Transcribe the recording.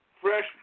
fresh